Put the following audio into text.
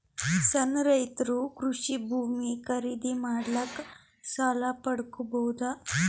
ಸಣ್ಣ ರೈತರು ಕೃಷಿ ಭೂಮಿ ಖರೀದಿ ಮಾಡ್ಲಿಕ್ಕ ಸಾಲ ಪಡಿಬೋದ?